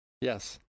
Yes